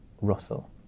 Russell